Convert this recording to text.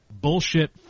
Bullshit